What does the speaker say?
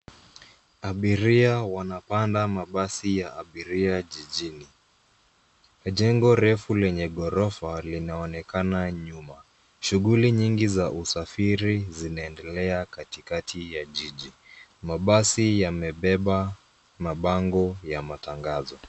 Abiria wanapanda mabasi ya abiria jijini. Jengo refu lenye ghorofa linaonekana nyuma. Shughuli nyingi za usafiri zinaendelea katikati ya jiji. Mabasi yamebeba mabango ya matangazo.